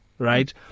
right